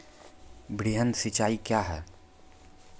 वृहद सिंचाई कया हैं?